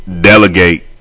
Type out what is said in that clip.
delegate